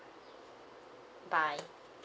bye